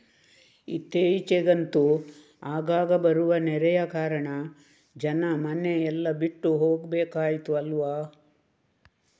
ಇತ್ತೀಚಿಗಂತೂ ಆಗಾಗ ಬರುವ ನೆರೆಯ ಕಾರಣ ಜನ ಮನೆ ಎಲ್ಲ ಬಿಟ್ಟು ಹೋಗ್ಬೇಕಾಯ್ತು ಅಲ್ವಾ